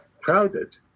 crowded